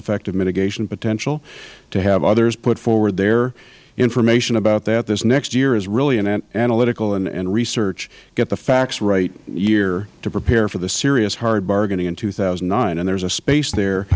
effective mitigation potential to have other others put forward their information about that this next year is really an analytical and research get the facts right year to prepare for the serious hard bargaining in two thousand and nine and there is a space there